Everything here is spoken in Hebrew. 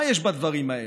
מה יש בדברים האלה?